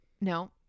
No